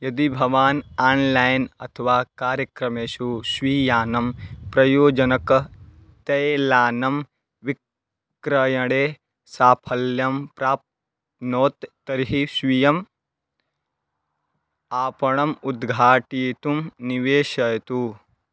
यदि भवान् आन्लैन् अथवा कार्यक्रमेषु स्वीयानां प्रयोजकतैलानां विक्रयणे साफल्यम् प्राप्नोत् तर्हि स्वीयम् आपणम् उद्घाटयितुं निवेशयतु